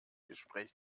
gespräch